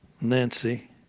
nancy